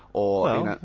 or.